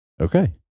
Okay